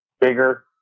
bigger